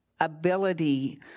ability